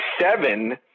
seven